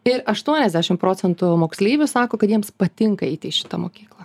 ir aštuoniasdešim procentų moksleivių sako kad jiems patinka eiti į šitą mokyklą